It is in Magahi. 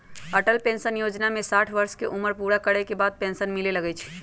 अटल पेंशन जोजना में साठ वर्ष के उमर पूरा करे के बाद पेन्सन मिले लगैए छइ